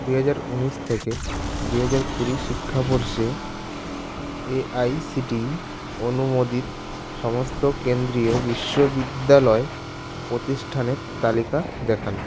দু হাজার উনিশ থেকে দু হাজার কুড়ির শিক্ষাবর্ষে এ আই সি টি অনুমোদিত সমস্ত কেন্দ্রীয় বিশ্ববিদ্যালয় প্রতিষ্ঠানের তালিকা দেখান